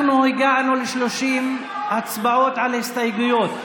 אנחנו הגענו ל-30 הצבעות על הסתייגויות.